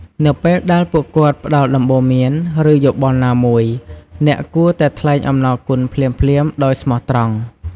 នៅពេលដែលពួកគាត់ផ្ដល់ដំបូន្មាន ឬយោបល់ណាមួយ អ្នកគួរតែថ្លែងអំណរគុណភ្លាមៗដោយស្មោះត្រង់។